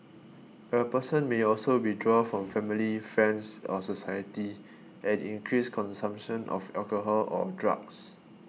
a person may also withdraw from family friends or society and increase consumption of alcohol or drugs